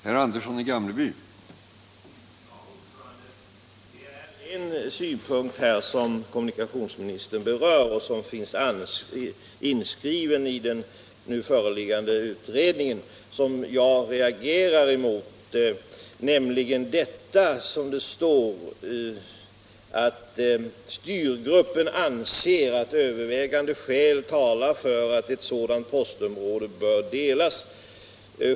Herr talman! En synpunkt som kommunikationsministern berör och som finns inskriven i den nu föreliggande utredningen vill jag reagera mot, nämligen: ”Styrgruppen anser att övervägande skäl talar för att ett sådant postområde bör delas.